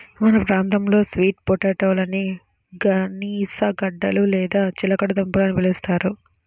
మన ప్రాంతంలో స్వీట్ పొటాటోలని గనిసగడ్డలు లేదా చిలకడ దుంపలు అని పిలుస్తారు